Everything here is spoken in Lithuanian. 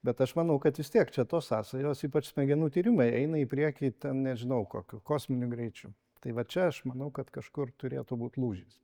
bet aš manau kad vis tiek čia tos sąsajos ypač smegenų tyrimai eina į priekį ten nežinau kokiu kosminiu greičiu tai va čia aš manau kad kažkur turėtų būt lūžis